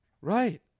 Right